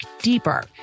deeper